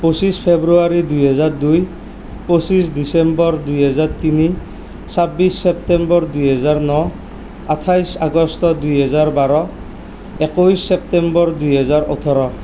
পঁচিছ ফ্ৰেব্ৰুৱাৰী দুই হেজাৰ দুই পঁচিছ ডিচেম্বৰ দুই হেজাৰ তিনি ছাব্বিছ চেপ্তেম্বৰ দুই হেজাৰ ন আঠাইছ আগষ্ট দুই হেজাৰ বাৰ একৈছ ছেপ্তেম্বৰ দুই হেজাৰ ওঠৰ